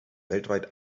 weltweit